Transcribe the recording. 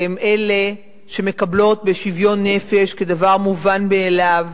הם אלה שמקבלים בשוויון נפש, כדבר מובן מאליו,